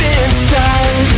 inside